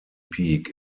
peak